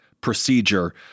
procedure